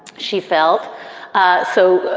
she felt so.